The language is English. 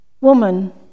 Woman